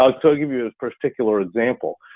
ah so give you this particular example.